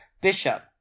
bishop